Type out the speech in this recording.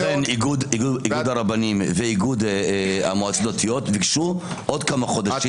איגוד הרבנים ואיגוד המועצות הדתיות ביקשו עוד כמה חודשים